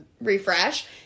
refresh